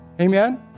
Amen